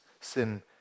sin